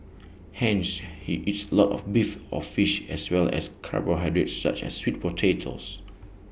hence he eats A lot of beef or fish as well as carbohydrates such as sweet potatoes